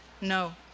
No